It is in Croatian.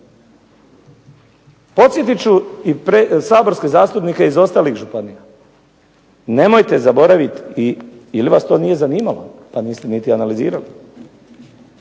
Podsjetit ću i saborske zastupnike iz ostalih županija, nemojte zaboraviti ili vas to nije zanimalo, pa niste niti analizirali.